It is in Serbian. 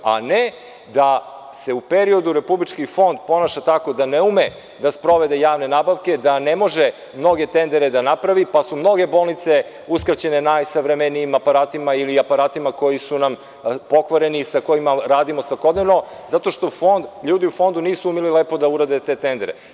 A ne da se u periodu Republički fond ponaša tako da ne ume da sprovede javne nabavke, da ne može mnoge tendere da napravi pa su mnoge bolnice uskraćene najsavremenijim aparatima ili aparatima koji su nam pokvareni, sa kojima radimo svakodnevno zato što ljudi u Fondu nisu mogli da urade te tendere.